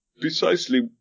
precisely